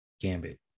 Gambit